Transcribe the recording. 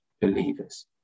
believers